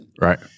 Right